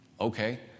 Okay